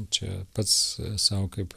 čia pats sau kaip